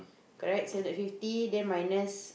correct six hundred fifty then minus